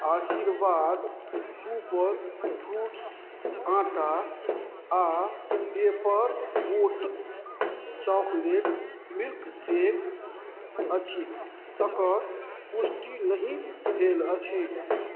आशीर्वाद super foods आटा आ पेपर बोट चॉकलेट मिल्कशेक अछि तकर पुष्टि नहि भेल अछि